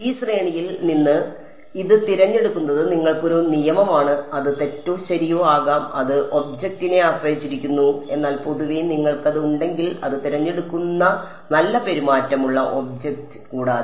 ഈ ശ്രേണിയിൽ നിന്ന് ഇത് തിരഞ്ഞെടുക്കുന്നത് നിങ്ങൾക്ക് ഒരു നിയമമാണ് അത് തെറ്റോ ശരിയോ ആകാം അത് ഒബ്ജക്റ്റിനെ ആശ്രയിച്ചിരിക്കുന്നു എന്നാൽ പൊതുവെ നിങ്ങൾക്കത് ഉണ്ടെങ്കിൽ അത് തിരഞ്ഞെടുക്കുന്ന നല്ല പെരുമാറ്റമുള്ള ഒബ്ജക്റ്റ് കൂടാതെ